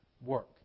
work